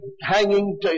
hanging